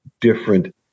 different